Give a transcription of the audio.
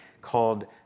called